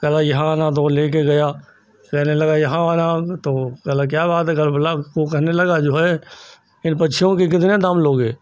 कहा भाई यहाँ आना तो वह लेकर गया कहने लगा यहाँ आना तो मतलब क्या बात है तो बोला उसको कहने लगा जो है इन पक्षियों के कितने दाम लोगे